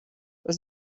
das